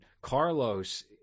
Carlos